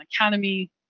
academy